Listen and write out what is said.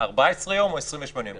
14 יום או 28 יום.